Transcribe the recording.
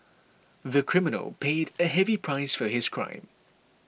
the criminal paid a heavy price for his crime